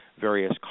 various